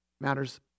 matters